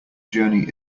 journey